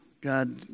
God